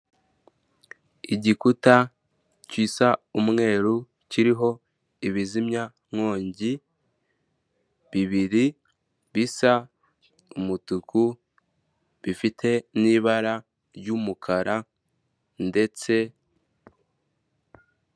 Igikuta, gisa umweru. Kiriho ibizimya nkongi, bibiri, bisa umutuku, bifite n'ibara ry'umukara ndetse,